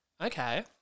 Okay